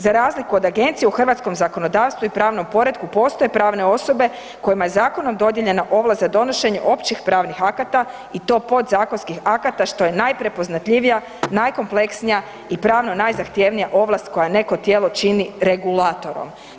Za razliku od agencije u hrvatskom zakonodavstvu i pravnom poretku postoje pravne osobe kojima je zakonom dodijeljena ovlast za donošenje općih pravnih akata i to podzakonskih akata što je najprepoznatljivija, najkompleksnija i pravno najzahtjevnija ovlast koje neko tijelo čini regulatorom.